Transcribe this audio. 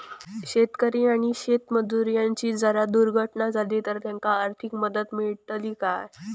शेतकरी आणि शेतमजूर यांची जर दुर्घटना झाली तर त्यांका आर्थिक मदत मिळतली काय?